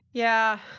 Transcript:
yeah.